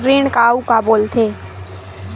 ऋण का अउ का बोल थे?